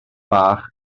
bach